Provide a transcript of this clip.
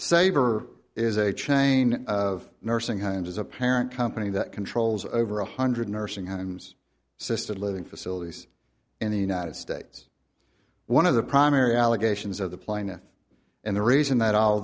saver is a chain of nursing homes as a parent company that controls over one hundred nursing homes sister living facilities in the united states one of the primary allegations of the plaintiff and the reason that all